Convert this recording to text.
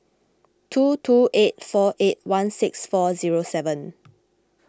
two two eight four eight one six four zero seven